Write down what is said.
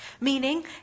Meaning